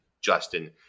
Justin